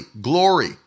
glory